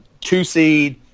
two-seed